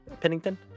Pennington